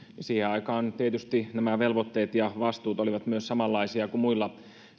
siihen aikaan tietysti velvoitteet ja vastuut olivat samanlaisia kuin muilla